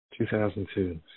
2002